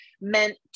meant